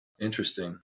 Interesting